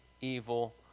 evil